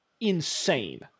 insane